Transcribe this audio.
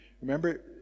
Remember